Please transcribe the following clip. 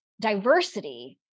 diversity